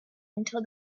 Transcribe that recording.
until